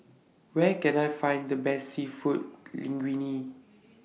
Where Can I Find The Best Seafood Linguine